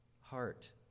heart